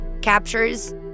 captures